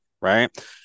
Right